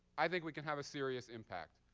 i think we can have a serious impact.